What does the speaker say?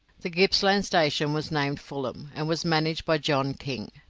the gippsland station was named fulham, and was managed by john king.